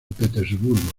petersburgo